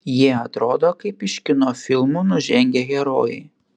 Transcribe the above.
jie atrodo kaip iš kino filmų nužengę herojai